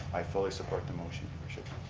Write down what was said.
i fully support the motion, your worship.